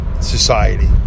society